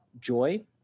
joy